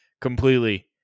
completely